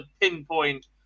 pinpoint